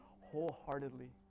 wholeheartedly